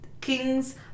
Kings